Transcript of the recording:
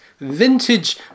Vintage